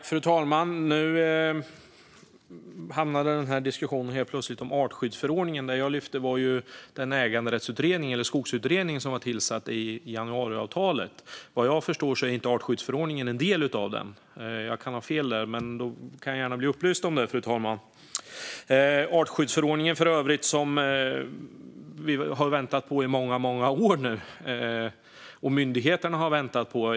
Fru talman! Nu handlar denna diskussion helt plötsligt om artskyddsförordningen. Det jag lyfte var den äganderättsutredning eller skogsutredning som tillsattes i och med januariavtalet. Vad jag förstår är inte artskyddsförordningen en del av den. Jag kan ha fel där, men då blir jag gärna upplyst om det, fru talman. Detta med artskyddsförordningen har vi och myndigheterna för övrigt väntat på i många år.